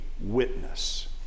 witness